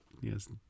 Yes